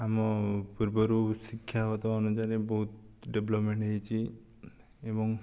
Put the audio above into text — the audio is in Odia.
ଆମ ପୂର୍ବରୁ ଶିକ୍ଷାଗତ ଅନୁଯାୟୀ ବହୁତ ଡେଭେଲପ୍ମେଣ୍ଟ ହୋଇଛି ଏବଂ